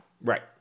Right